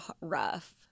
rough